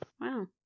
Wow